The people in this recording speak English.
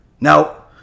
Now